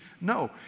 No